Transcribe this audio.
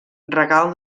regal